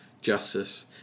justice